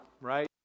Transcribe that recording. right